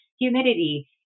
humidity